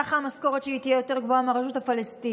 ככה המשכורות שלי תהיה יותר גבוהה מהרשות הפלסטינית.